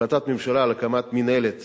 החלטת ממשלה על הקמת מינהלת